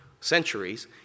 centuries